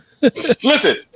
Listen